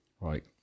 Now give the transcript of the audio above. right